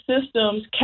systems